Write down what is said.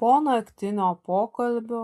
po naktinio pokalbio